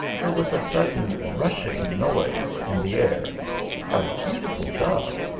there was a sudden rushing noise in the air a beautiful dove,